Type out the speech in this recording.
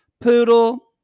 Poodle